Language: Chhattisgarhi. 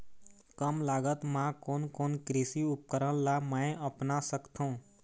कम लागत मा कोन कोन कृषि उपकरण ला मैं अपना सकथो?